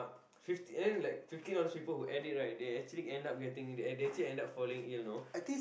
fifty then like fifty of those people who ate it right they actually end up getting eh they actually end up falling ill know